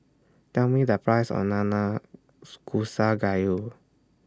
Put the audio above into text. Tell Me The Price of Nanakusa Gayu